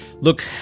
Look